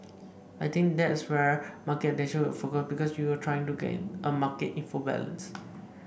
I think that's where market attention will focus because you're trying to get a market into balance